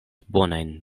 bonajn